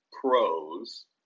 pros